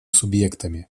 субъектами